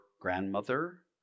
grandmother